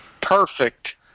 Perfect